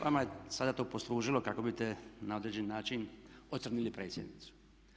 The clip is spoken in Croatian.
Vama je sada to poslužilo kako biste na određeni način ocrnili predsjednicu.